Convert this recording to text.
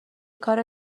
کار